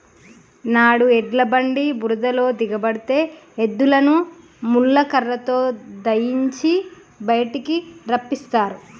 నాడు ఎడ్ల బండి బురదలో దిగబడితే ఎద్దులని ముళ్ళ కర్రతో దయియించి బయటికి రప్పిస్తారు